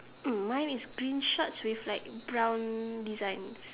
mm mine is green shorts with like brown designs